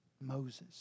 Moses